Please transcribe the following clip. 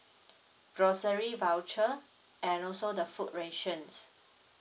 grocery voucher and also the food rations